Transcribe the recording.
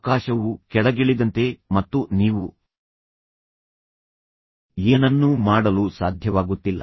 ಆಕಾಶವು ಕೆಳಗಿಳಿದಂತೆ ಮತ್ತು ನೀವು ಏನನ್ನೂ ಮಾಡಲು ಸಾಧ್ಯವಾಗುತ್ತಿಲ್ಲ